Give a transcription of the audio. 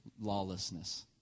lawlessness